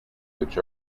which